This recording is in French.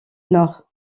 nord